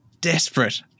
desperate